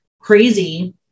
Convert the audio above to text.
crazy